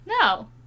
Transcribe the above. No